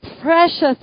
precious